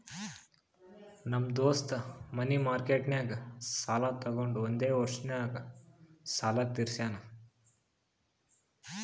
ನಮ್ ದೋಸ್ತ ಮನಿ ಮಾರ್ಕೆಟ್ನಾಗ್ ಸಾಲ ತೊಗೊಂಡು ಒಂದೇ ವರ್ಷ ನಾಗ್ ಸಾಲ ತೀರ್ಶ್ಯಾನ್